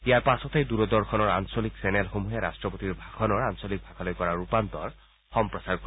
ইয়াৰ পাছতেই দূৰদৰ্শনৰ আঞ্চলিক চেনেলসমূহে ৰট্টপতিৰ ভাষণৰ আঞ্চলিক ভাষালৈ কৰা ৰূপান্তৰ সম্প্ৰচাৰ কৰিব